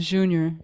Junior